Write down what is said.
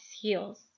heels